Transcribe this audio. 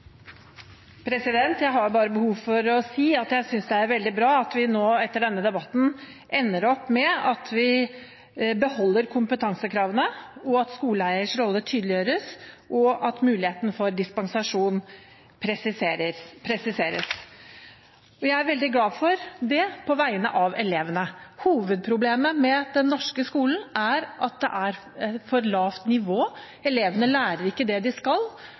Jeg har bare behov for å si at jeg synes det er veldig bra at vi nå etter denne debatten ender opp med at vi beholder kompetansekravene, at skoleeiers rolle tydeliggjøres, og at muligheten for dispensasjon presiseres. Vi er veldig glad for det på vegne av elevene. Hovedproblemet med den norske skolen er at det er for lavt nivå, elevene lærer ikke det de skal,